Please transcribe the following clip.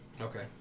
Okay